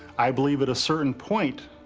i believe at a certain point,